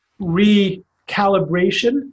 recalibration